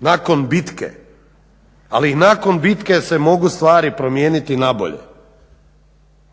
nakon bitke, ali nakon bitke se mogu stvari promijeniti nabolje.